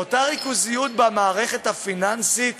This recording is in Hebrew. ואותה ריכוזיות במערכת הפיננסית